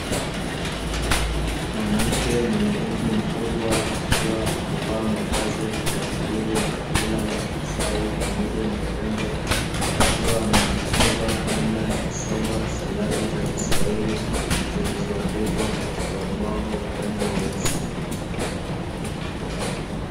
Mwanamke mwenye umri mkubwa akiwa amevaa mavazi ya kitamaduni ya kabila la wamasai pamoja na urembo, akiwa anajifunza namna ya kusoma silabi za kiswahili zilizoandikwa katika ubao wa rangi nyeusi.